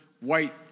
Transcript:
white